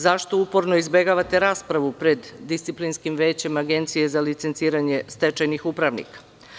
Zašto uporno izbegavate raspravu pred disciplinskim većem Agencije za licenciranje stečajnih upravnika?